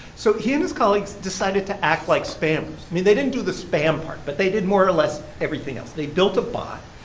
so he and his colleagues decided to act like spammers. i mean, they didn't do the spam part, but they did, more or less, everything else. they built a bot.